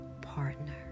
Partner